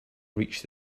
reached